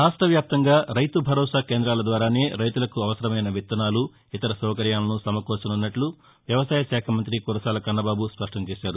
రాష్ట్ష వ్యాప్తంగా రైతు భరోసా కేంద్రాల ద్వారానే రైతులకు అవసరమైన విత్తనాలు ఇతర సౌకర్యాలను సమకూర్చనున్నట్లు వ్యవసాయ శాఖ మంతి కురసాల కన్నబాబు స్పష్టం చేశారు